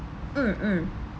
mm mm